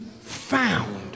found